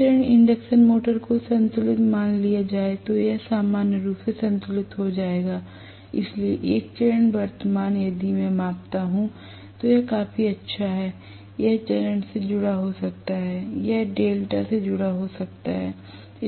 3 चरण induction meter को संतुलित मान लिया जाए तो यह सामान्य रूप से संतुलित हो जाएगा इसलिए 1 चरण वर्तमान यदि मैं मापता हूं तो यह काफी अच्छा है यह स्टार से जुड़ा हो सकता है यह डेल्टा से जुड़ा हुआ हो सकता है